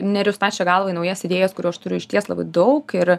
neriu stačia galva į naujas idėjas kurių aš turiu išties labai daug ir